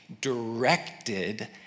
directed